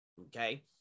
Okay